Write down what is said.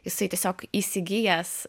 jisai tiesiog įsigijęs